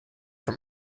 from